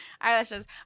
eyelashes